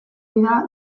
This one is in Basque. dira